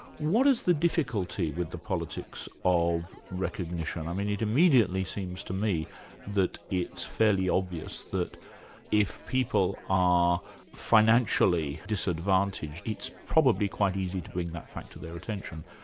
what is the difficulty with the politics of recognition? i mean, it immediately seems to me that it's fairly obvious that if people are financially disadvantaged, it's probably quite easy to bring that fact to their attention,